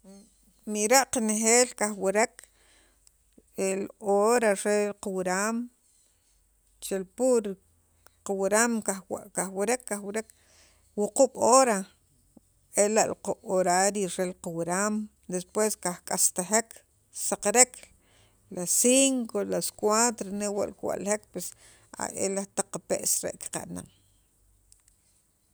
mira' qanejeel kajwarek el hora re kawuraam chel pur qawuran kajwurek kajwurek wuquub' hora ela' li qa horario rel qawuram despues kak'astajek kisaqarek a las cinco a las cuatro newa' kiwa'ljek pues ela' taq qape's la' qaqana'n